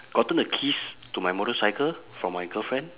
gotten the keys to my motorcycle from my girlfriend